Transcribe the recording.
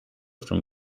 from